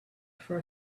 for